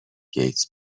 گیتس